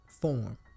form